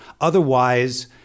otherwise